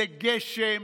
זה גשם,